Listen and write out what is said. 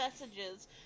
messages